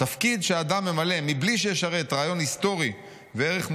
"'תפקיד שאדם ממלא מבלי שישרת רעיון היסטורי וערך מוסרי,